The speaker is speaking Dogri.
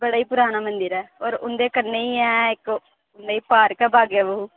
बड़ा ही पराना मंदर ऐ होर उं'दे कन्नै गै ऐ इक पार्क ऐ बाग ए बहु